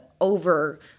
over